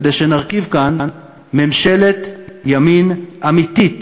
כדי שנרכיב כאן ממשלת ימין אמיתית,